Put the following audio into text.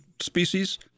species